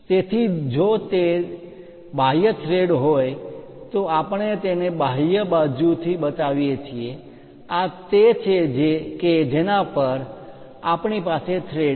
તેથી જો તે બાહ્ય થ્રેડ હોય તો આપણે તેને બાહ્ય બાજુથી બતાવીએ છીએ આ તે છે કે જેના પર આપણી પાસે થ્રેડ છે